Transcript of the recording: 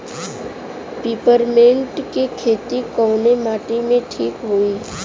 Peppermint के खेती कवने माटी पे ठीक होई?